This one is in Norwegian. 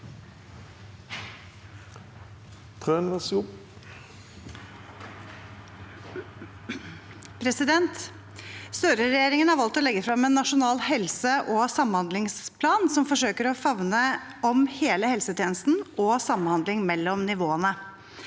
leder): Støre-regjeringen har valgt å legge frem en nasjonal helse- og samhandlingsplan som forsøker å favne om hele helsetjenesten og samhandling mellom nivåene.